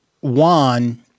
Juan